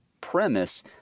premise